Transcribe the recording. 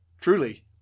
truly